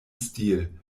stil